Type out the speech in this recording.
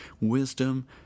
wisdom